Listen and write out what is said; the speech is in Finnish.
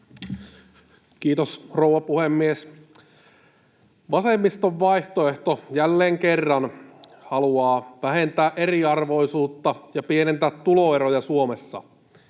Kiitos, rouva puhemies! Vasemmiston vaihtoehto jälleen kerran haluaa vähentää eriarvoisuutta ja pienentää tuloeroja Suomessa.